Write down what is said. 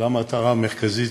למטרה המרכזית: